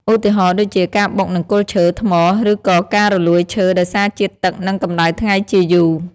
ឧទាហរណ៍ដូចជា ការបុកនឹងគល់ឈើ ថ្ម ឬក៏ការរលួយឈើដោយសារជាតិទឹក និងកម្ដៅថ្ងៃជាយូរ។